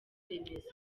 remezo